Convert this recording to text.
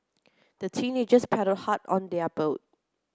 the teenagers paddled hard on their boat